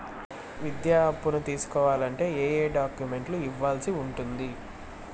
విద్యా అప్పును తీసుకోవాలంటే ఏ ఏ డాక్యుమెంట్లు ఇవ్వాల్సి ఉంటుంది